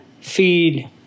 feed